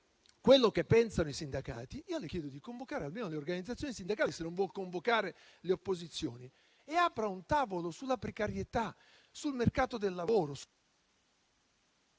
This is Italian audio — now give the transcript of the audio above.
quello che pensano i sindacati, io le chiedo di convocare almeno le organizzazioni sindacali, se non vuol convocare le opposizioni, e di aprire un tavolo sulla precarietà sul mercato del lavoro.